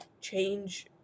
change